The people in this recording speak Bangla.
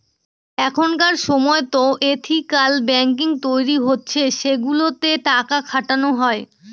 এখনকার সময়তো এথিকাল ব্যাঙ্কিং তৈরী হচ্ছে সেগুলোতে টাকা খাটানো হয়